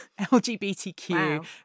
lgbtq